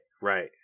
right